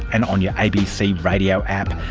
and on your abc radio app.